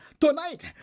Tonight